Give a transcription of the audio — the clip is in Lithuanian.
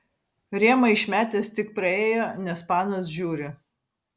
rėmą išmetęs tik praėjo nes panos žiūri